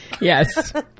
Yes